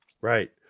Right